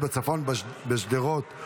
הנחה בארנונה למשרת בשירות מילואים פעיל)